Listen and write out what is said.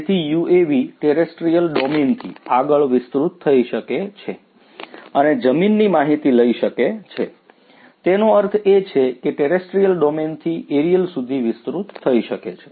તેથી UAVs terrestrial ડોમેનથી આગળ વિસ્તૃત થઈ શકે છે અને જમીનની માહિતી લઈ શકે છે તેનો અર્થ એ છે કે ટેરેસ્ટ્રીયલ ડોમેનથી એરિઅલ સુધી વિસ્તૃત થઈ શકે છે